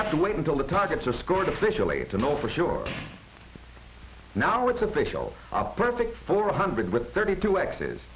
have to wait until the targets are scored officially to know for sure it's now it's official a perfect four hundred with thirty two